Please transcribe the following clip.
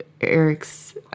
Eric's